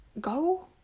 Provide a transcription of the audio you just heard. go